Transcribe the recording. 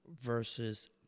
versus